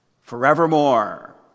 forevermore